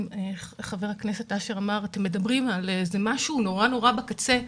חבר הכנסת אשר אמר: אתם מדברים על איזה משהו נורא-נורא בקצה.